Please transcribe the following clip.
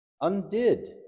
undid